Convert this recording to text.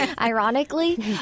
ironically